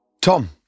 Tom